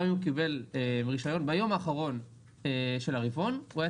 גם אם הוא קיבל רישיון ביום האחרון של הרבעון הוא היה